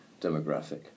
demographic